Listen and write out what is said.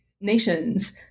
nations